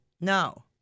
No